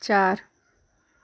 चार